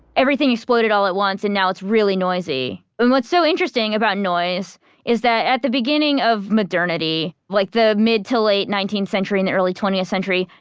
everything exploded all at once and now it's really noisy. and what's so interesting about noise is that at the beginning of modernity, like the mid to late nineteenth century and the early twentieth century,